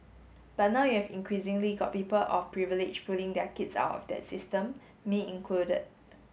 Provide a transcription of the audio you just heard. but now you've increasingly got people of privilege pulling their kids out of that system me included